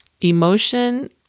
emotion